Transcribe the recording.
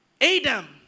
Adam